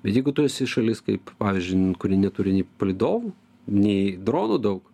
bet jeigu tu esi šalis kaip pavyzdžiui kuri neturi nei palydovų nei dronų daug